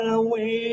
away